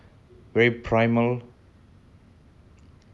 vile or you know and all that but